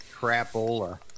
crapola